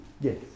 Yes